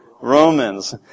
Romans